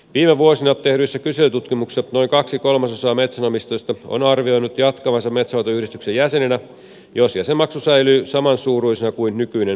viime vuosina tehdyissä kyselytutkimuksissa noin kaksi kolmasosaa metsänomistajista on arvioinut jatkavansa metsänhoitoyhdistyksen jäseninä jos jäsenmaksu säilyy samansuuruisena kuin nykyinen metsänhoitomaksu